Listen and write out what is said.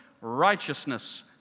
righteousness